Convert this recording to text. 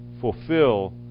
fulfill